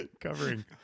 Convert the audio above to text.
Covering